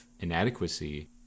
inadequacy